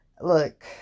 look